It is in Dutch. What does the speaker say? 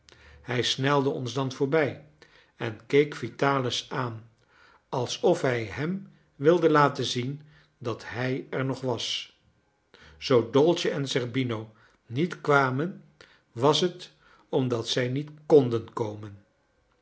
hij snelde ons dan voorbij en keek vitalis aan alsof hij hem wilde laten zien dat hij er nog was zoo dolce en zerbino niet kwamen was het omdat zij niet konden komen